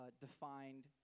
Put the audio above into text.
defined